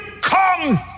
come